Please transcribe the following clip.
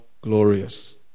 glorious